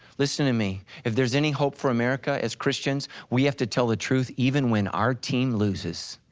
listen to me, if there's any hope for america as christians, we have to tell the truth even when our team loses.